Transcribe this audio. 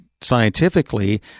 scientifically